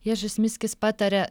ježis miskis pataria